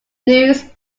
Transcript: news